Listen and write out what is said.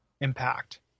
impact